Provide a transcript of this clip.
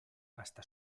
hasta